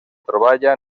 troballa